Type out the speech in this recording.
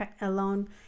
alone